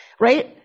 right